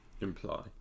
imply